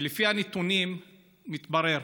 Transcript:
לפי הנתונים מתברר